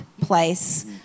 place